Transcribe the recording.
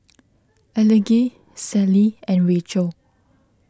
Elige Sallie and Rachel